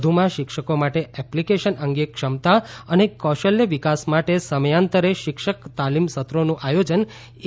વધુમાં શિક્ષકો માટે એપલિકેશન અંગે ક્ષમતા અને કૌશલ્ય વિકાસ માટે સમયાંતરે શિક્ષક તાલીમ સત્રોનું આયોજન એ